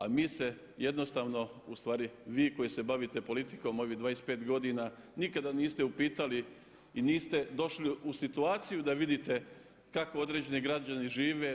A mi se jednostavno, ustvari vi koji se bavite politikom ovih 25 godina nikad niste upitali i niste došli u situaciju da vidite kako određeni građani žive.